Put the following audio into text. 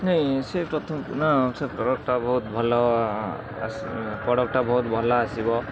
ନାହିଁ ସେ ପ୍ରଥମ ନା ସେ ପ୍ରଡ଼କ୍ଟଟା ବହୁତ ଭଲ ପ୍ରଡ଼କ୍ଟଟା ବହୁତ ଭଲ ଆସିବ